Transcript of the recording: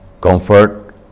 comfort